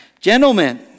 gentlemen